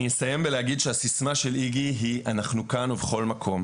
אני אסיים ואגיד שהסיסמה של איג"י היא "אנחנו כאן ובכל מקום",